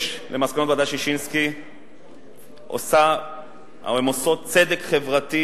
מסקנות ועדת-ששינסקי עושות צדק חברתי